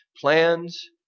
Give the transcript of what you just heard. Plans